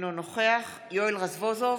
אינו נוכח יואל רזבוזוב,